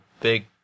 big